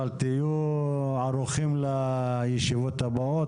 אבל תהיו ערוכים לישיבות הבאות,